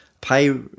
pay